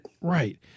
Right